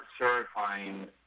certifying